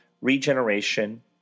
regeneration